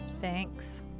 Thanks